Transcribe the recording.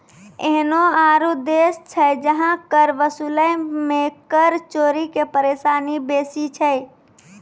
एहनो आरु देश छै जहां कर वसूलै मे कर चोरी के परेशानी बेसी छै